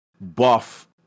buff